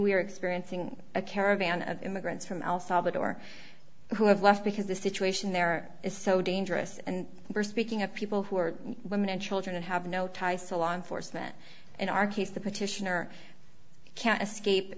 are experiencing a caravan of immigrants from el salvador who have left because the situation there is so dangerous and we're speaking of people who are women and children and have no ties to law enforcement in our case the petitioner can't escape